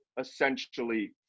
essentially